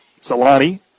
Salani